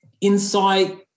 insight